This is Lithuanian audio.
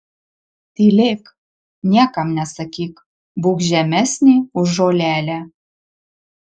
tylėk niekam nesakyk būk žemesnė už žolelę